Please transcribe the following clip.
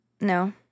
No